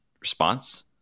response